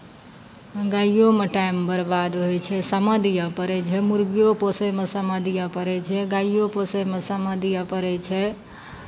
गायोमे time बरबाद होइ छै समय दिअ पड़ै छै मुरगिओ पोसयमे समय दिअ पड़ै छै गाएओ पोसयमे समय दिअ पड़ै छै